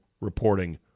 reporting